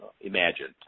imagined